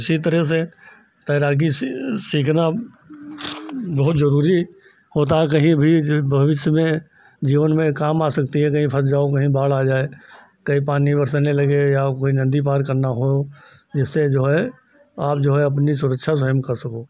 इसी तरह से तैराकी सीखना बहुत ज़रूरी होता है कहीं भी जो भविष्य में जीवन में काम आ सकती है कहीं फँस जाओ कहीं बाढ़ आ जाए कहीं पानी बरसने लगे या कोई नदी पार करना हो जिससे जो है आप जो है अपनी सुरक्षा स्वयं कर सको